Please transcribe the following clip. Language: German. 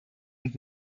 und